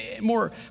more